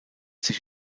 sich